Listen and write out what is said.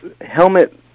helmet